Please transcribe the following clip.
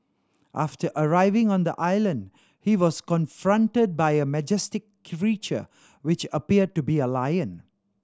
after arriving on the island he was confronted by a majestic creature which appeared to be a lion